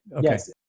Yes